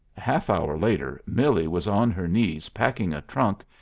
half-hour later millie was on her knees packing a trunk,